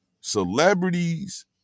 celebrities